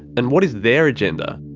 and what is their agenda?